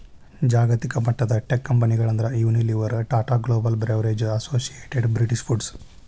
ಜಾಗತಿಕಮಟ್ಟದ ಟೇಕಂಪೆನಿಗಳಂದ್ರ Unilever, Tata Global Beverages, Associated British foods